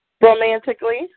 Romantically